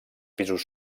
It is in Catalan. pisos